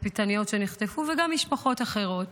התצפיתניות שנחטפו, וגם משפחות אחרות.